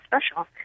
special